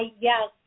yes